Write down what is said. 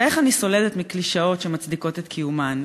ואיך אני סולדת מקלישאות שמצדיקות את קיומן.